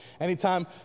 Anytime